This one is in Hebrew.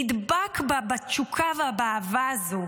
נדבק בתשוקה ובאהבה הזו.